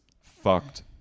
fucked